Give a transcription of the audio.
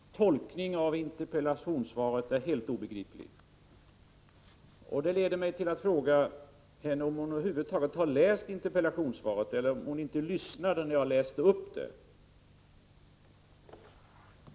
Herr talman! Karin Israelssons tolkning av interpellationssvaret är helt obegriplig. Det leder mig till att fråga henne om hon över huvud taget har läst interpellationssvaret och inte heller lyssnat när jag läste upp det.